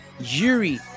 Yuri